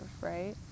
right